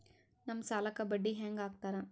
ನಮ್ ಸಾಲಕ್ ಬಡ್ಡಿ ಹ್ಯಾಂಗ ಹಾಕ್ತಾರ?